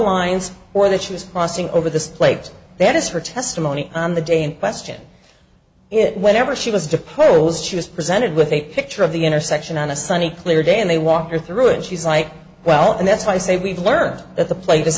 lines or that she was crossing over the plates that is her testimony on the day in question it whenever she was deposed she was presented with a picture of the intersection on a sunny clear day and they walked her through and she's like well and that's why i say we've learned that the pla